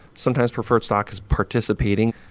sometimes preferred stock is participating,